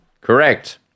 Correct